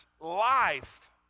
life